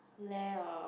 [lleh] or